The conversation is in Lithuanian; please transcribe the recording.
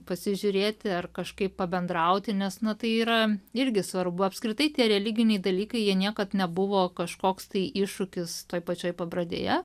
pasižiūrėti ar kažkaip pabendrauti nes na tai yra irgi svarbu apskritai tie religiniai dalykai jie niekad nebuvo kažkoks tai iššūkis toj pačioj pabradėje